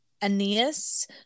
Aeneas